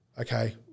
Okay